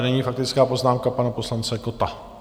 Nyní faktická poznámka pana poslance Kotta.